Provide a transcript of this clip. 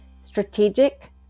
strategic